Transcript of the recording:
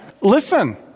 Listen